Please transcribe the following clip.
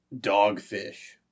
Dogfish